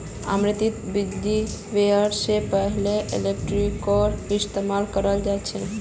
आमतौरत बीज बोवा स पहले कल्टीपैकरेर इस्तमाल कराल जा छेक